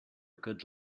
good